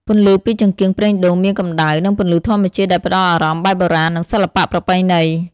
ពន្លឺពីចង្កៀងប្រេងដូងមានកម្ដៅ និងពន្លឺធម្មជាតិដែលផ្តល់អារម្មណ៍បែបបុរាណ និងសិល្បៈប្រពៃណី។